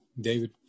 David